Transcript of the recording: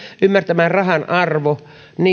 ymmärtämään rahan arvo